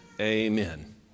amen